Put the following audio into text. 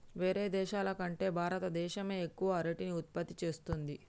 వేరే దేశాల కంటే భారత దేశమే ఎక్కువ అరటిని ఉత్పత్తి చేస్తంది